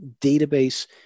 database